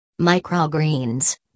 Microgreens